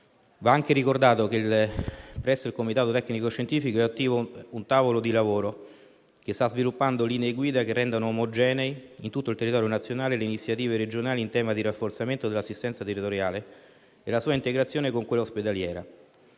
Va anche ricordato che presso il comitato tecnico-scientifico è attivo un tavolo di lavoro che sta sviluppando linee guida che rendano omogenee in tutto il territorio nazionale le iniziative regionali in tema di rafforzamento dell'assistenza territoriale e la sua integrazione con quella ospedaliera,